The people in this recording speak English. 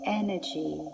energy